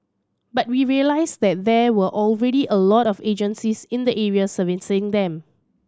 but we realised that there were already a lot of agencies in the area serving them